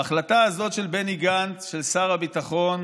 בהחלטה הזאת של בני גנץ, של שר הביטחון,